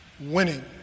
winning